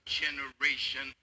generation